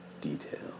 detail